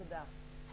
תודה.